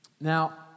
Now